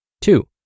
Two